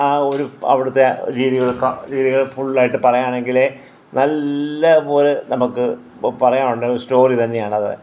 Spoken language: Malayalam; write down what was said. ആ ഒരു അവിടെത്തെ രീതികൾ രീതികളും ഫുള്ളായിട്ട് പറയാണെങ്കില് നല്ലപോലെ നമക്ക് പറയാനുണ്ട് സ്റ്റോറി തന്നെയാണത്